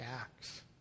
acts